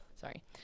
Sorry